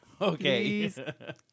Okay